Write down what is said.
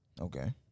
Okay